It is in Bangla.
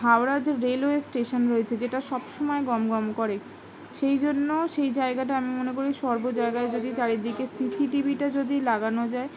হাওড়া যে রেলওয়ে স্টেশন রয়েছে যেটা সব সময় গমগম করে সেই জন্য সেই জায়গাটা আমি মনে করি সর্ব জায়গায় যদি চারিদিকে সিসি টি ভিটা যদি লাগানো যায়